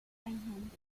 eigenhändig